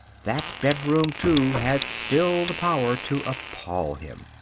that bedroom, too, had still the power to appall him.